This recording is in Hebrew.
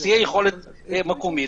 שתהיה יכולת מקומית.